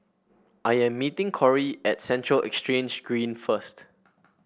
I am meeting Corie at Central Exchange Green first